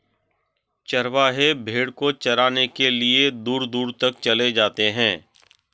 चरवाहे भेड़ को चराने के लिए दूर दूर तक चले जाते हैं